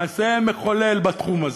מעשה מחולל, בתחום הזה,